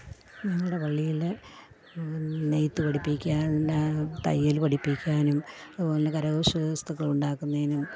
ഞങ്ങളുടെ പള്ളിയിൽ നെയ്ത്ത് പഠിപ്പിക്കാനും തയ്യൽ പഠിപ്പിക്കാനും അതുപോലെ തന്നെ കര കൗശല വസ്തുക്കളുണ്ടാക്കുന്നതിനും